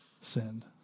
sinned